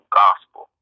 gospel